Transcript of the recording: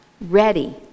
ready